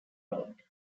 road